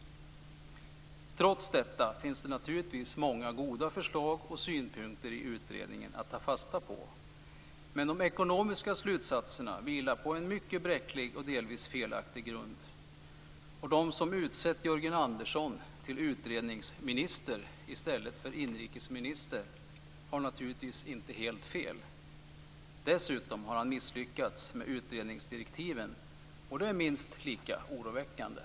Trots detta finns det naturligtvis många goda förslag och synpunkter i utredningen att ta fasta på. Men de ekonomiska slutsatserna vilar på en mycket bräcklig och delvis felaktig grund. De som utsett Jörgen Andersson till utredningsminister i ställt för inrikesminister har naturligtvis inte helt fel. Dessutom har han misslyckats med utredningsdirektiven, och det är minst lika oroväckande.